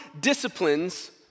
disciplines